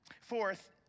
Fourth